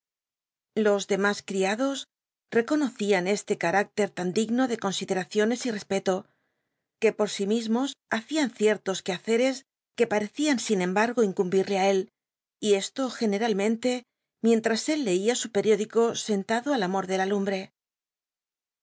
los dcmas criados econocian este c micter tan digno de consideraciones y rcspelo que por sí mismos hacian cielos quehaeccs que parecían sin embargo inrumbil'lc á él y esto genemlmente mientms él leía su periódico sentado al amor de la lumbre